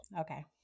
Okay